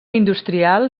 industrial